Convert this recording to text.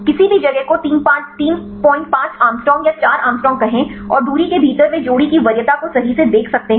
किसी भी जगह को 35 एंगस्ट्रॉम या 4 एंगस्ट्रॉम कहें और दूरी के भीतर वे जोड़ी की वरीयता को सही से देख सकते हैं